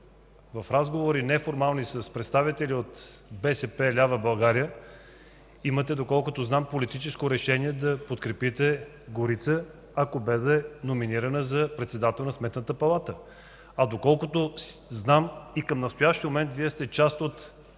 разговори с представители от БСП лява България, имате, доколкото знам, политическо решение да подкрепите Горица, ако бъде номинирана за председател на Сметната палата, а към настоящия момент Вие сте част от